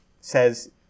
says